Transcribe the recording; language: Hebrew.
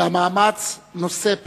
והמאמץ נושא פירות.